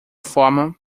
forma